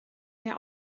der